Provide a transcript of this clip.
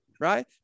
Right